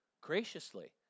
graciously